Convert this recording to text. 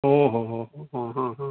ओ हो हो